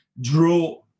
draw